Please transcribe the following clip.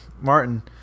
Martin